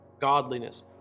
godliness